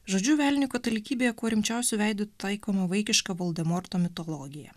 žodžiu velniui katalikybėje kuo rimčiausiu veidu taikoma vaikiška voldemorto mitologija